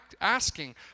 asking